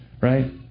right